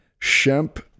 shemp